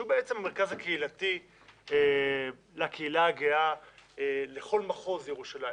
שהוא בעצם המרכז הקהילתי לקהילה הגאה לכל מחוז ירושלים,